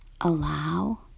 Allow